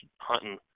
hunting